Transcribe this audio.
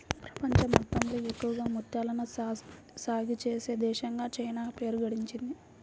ప్రపంచం మొత్తంలో ఎక్కువగా ముత్యాలను సాగే చేసే దేశంగా చైనా పేరు గడించింది